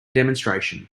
demonstration